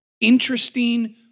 interesting